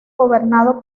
gobernado